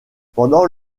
pendant